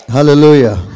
Hallelujah